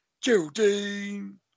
Geraldine